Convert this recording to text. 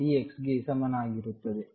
ಗೆ ಸಮಾನವಾಗಿರುತ್ತದೆ